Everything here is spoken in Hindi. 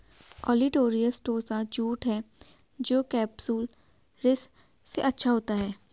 ओलिटोरियस टोसा जूट है जो केपसुलरिस से अच्छा होता है